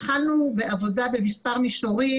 התחלנו בעבודה במספר מישורים.